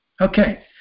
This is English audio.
okay